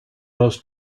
most